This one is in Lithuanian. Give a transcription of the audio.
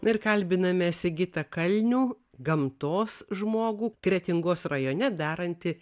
dar kalbiname sigitą kalnių gamtos žmogų kretingos rajone darantį